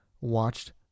watched